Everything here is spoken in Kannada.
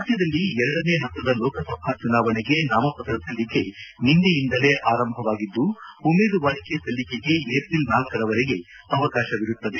ರಾಜ್ಯದಲ್ಲಿ ಎರಡನೇ ಹಂತದ ಲೋಕಸಭಾ ಚುನಾವಣೆಗೆ ನಾಮಪತ್ರ ಸಲ್ಲಿಕೆ ನಿನ್ನೆಯಿಂದಲೇ ಆರಂಭವಾಗಿದ್ದು ಉಮೇದುವಾರಿಕೆ ಸಲ್ಲಿಕೆಗೆ ಏಪ್ರಿಲ್ ಳರವರೆಗೆ ಅವಕಾಶ ಇರುತ್ತದೆ